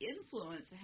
influence